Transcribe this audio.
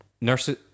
Nurses